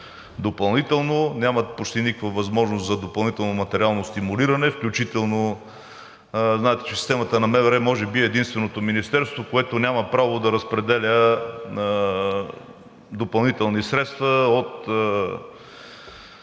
допълнително, нямат почти никаква възможност за допълнително материално стимулиране, включително знаете, че системата на МВР е може би единственото министерство, което няма право да разпределя допълнителни средства от